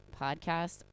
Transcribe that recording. podcast